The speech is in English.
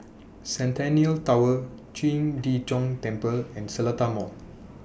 Centennial Tower Qing De Gong Temple and The Seletar Mall